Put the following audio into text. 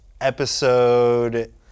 episode